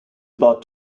about